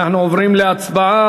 אנחנו עוברים להצבעה.